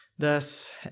Thus